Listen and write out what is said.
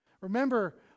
Remember